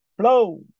Flow